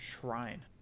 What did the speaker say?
shrine